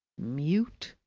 mute,